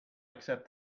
accept